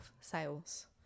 sales